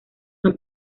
son